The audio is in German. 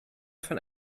von